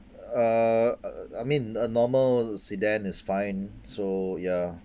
uh uh I mean a normal sedan is fine so ya